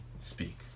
speak